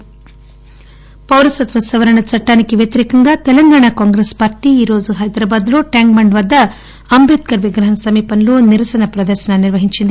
కాంగ్రెస్ పౌరసత్వ సవరణ చట్టానికి వ్యతిరేకంగా తెలంగాణ కాంగ్రెస్ పార్లీ ఈ రోజు హైదరాబాద్లో ట్యాంక్ బండ్ వద్ద అంబేద్కర్ విగ్రహం సమీపంలో నిరసన ప్రదర్శనలు నిర్వహించింది